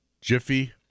Jiffy